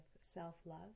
self-love